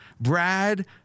Brad